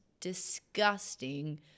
disgusting